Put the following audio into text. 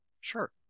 Sure